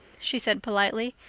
she said politely.